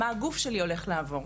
מה הגוף שלי הולך לעבור.